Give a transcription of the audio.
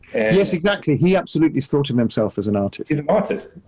and yes, exactly. he absolutely thought of himself as an artist. an artist.